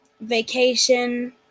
vacation